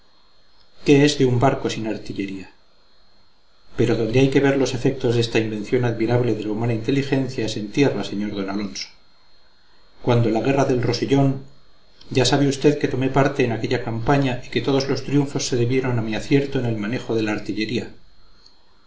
qué es de un barco sin artillería pero donde hay que ver los efectos de esta invención admirable de la humana inteligencia es en tierra sr d alonso cuando la guerra del rosellón ya sabe usted que tomé parte en aquella campaña y que todos los triunfos se debieron a mi acierto en el manejo de la artillería